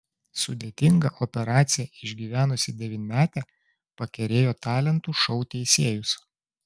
sudėtingą operaciją išgyvenusi devynmetė pakerėjo talentų šou teisėjus